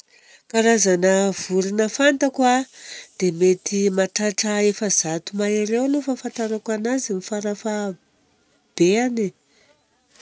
Karazana vorona fantako a dia mety mahatratra efajato mahery eo aloha ny fahafantarako anazy farafahabeany e.